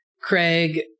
Craig